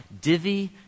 Divi